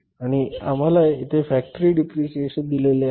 आणि आम्हाला येथे फॅक्टरी डिप्रिशिएशन दिले आहे